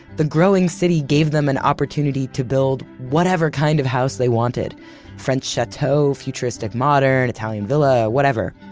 the growing city gave them an opportunity to build whatever kind of house they wanted french chateau, futuristic modern, italian villa, whatever.